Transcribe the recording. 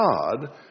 God